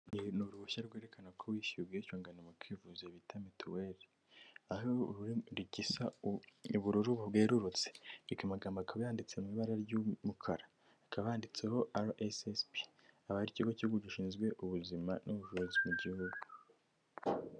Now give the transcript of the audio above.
Ni uruhushya rwerekana ko wishyuye ubwisungane mu kwivuza bita mituweri aho isa ubururu bwerurutse amagamagambo akaba yanditse mu ibara ry'umukara hakaba handitseho rssb akaba ari ikigo cy'igihugu gishinzwe ubuzima n'ubuvuzi mu gihugu.